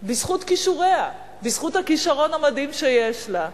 בזכות כישוריה, בזכות הכשרון המדהים שיש לה.